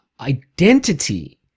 identity